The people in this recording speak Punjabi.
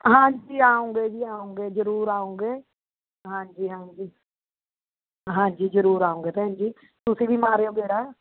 ਹਾਂਜੀ ਆਊਂਗੇ ਜੀ ਆਊਂਗੇ ਜ਼ਰੂਰ ਆਊਂਗੇ ਹਾਂਜੀ ਹਾਂਜੀ ਹਾਂਜੀ ਜ਼ਰੂਰ ਆਊਂਗੇ ਭੈਣ ਜੀ ਤੁਸੀਂ ਵੀ ਮਾਰਿਓ ਗੇੜਾ